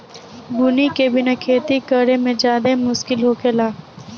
बुनी के बिना खेती करेमे ज्यादे मुस्किल होखेला